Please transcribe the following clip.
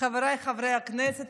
חבריי חברי הכנסת,